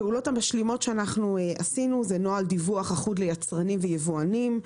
הפעולות המשלימות שאנחנו עשינו: נוהל דיווח אחוד ליצרנים וליבואנים.